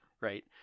right